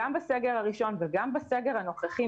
גם בסגר הראשון וגם בסגר הנוכחי.